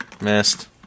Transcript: missed